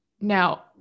Now